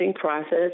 process